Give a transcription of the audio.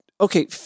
Okay